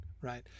right